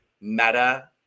meta